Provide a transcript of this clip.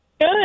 good